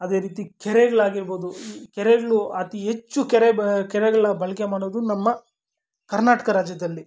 ಅದೇ ರೀತಿ ಕೆರೆಗಳಾಗಿರ್ಬೋದು ಕೆರೆಗಳು ಅತಿ ಹೆಚ್ಚು ಕೆರೆ ಕೆರೆಗಳ ಬಳಕೆ ಮಾಡೋದು ನಮ್ಮ ಕರ್ನಾಟಕ ರಾಜ್ಯದಲ್ಲಿ